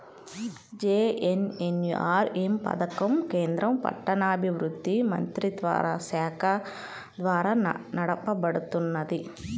JNNURM పథకం కేంద్ర పట్టణాభివృద్ధి మంత్రిత్వశాఖ ద్వారా నడపబడుతున్నది